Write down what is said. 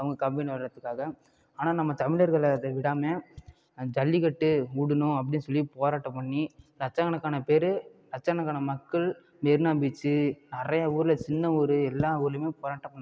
அவங்க கம்பெனி வர்றத்துக்காக ஆனால் நம்ம தமிழர்கள் அதை விடாமல் ஜல்லிக்கட்டு விடுணும் அப்படின்னு சொல்லி போராட்டம் பண்ணி லட்ச கணக்கான பேர் லட்ச கணக்கான மக்கள் மெரினா பீச்சு நிறையா ஊர்ல சின்ன ஊரர் எல்லா ஊர்லயுமே போராட்டம் பண்ணாங்கள்